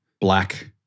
black